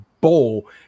bowl